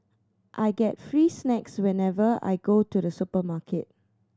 I get free snacks whenever I go to the supermarket